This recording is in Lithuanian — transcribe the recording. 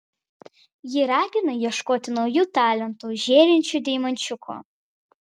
ji ragina ieškoti naujų talentų žėrinčių deimančiukų